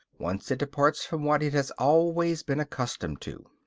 once it departs from what it has always been accustomed to